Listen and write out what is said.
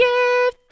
Give